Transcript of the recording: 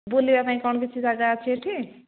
ବୁଲିବା ପାଇଁ କ'ଣ କିଛି ଜାଗା ଅଛି ଏଠି